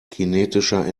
kinetischer